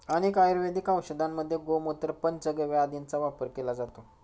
अनेक आयुर्वेदिक औषधांमध्ये गोमूत्र, पंचगव्य आदींचा वापर केला जातो